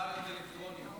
סיגריות אלקטרוניות.